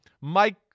Mike